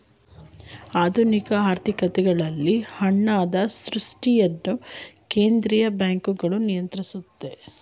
ಆಧುನಿಕ ಆರ್ಥಿಕತೆಗಳಲ್ಲಿ ಹಣದ ಸೃಷ್ಟಿಯನ್ನು ಕೇಂದ್ರೀಯ ಬ್ಯಾಂಕ್ಗಳು ನಿಯಂತ್ರಿಸುತ್ತೆ